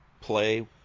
play